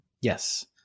Yes